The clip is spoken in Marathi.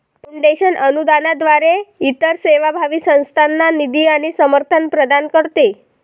फाउंडेशन अनुदानाद्वारे इतर सेवाभावी संस्थांना निधी आणि समर्थन प्रदान करते